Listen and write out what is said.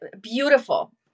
beautiful